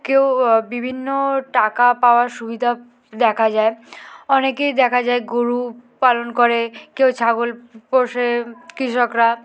কেউ বিভিন্ন টাকা পাওয়ার সুবিধা দেখা যায় অনেকেই দেখা যায় গরু পালন করে কেউ ছাগল পোষে কৃষকরা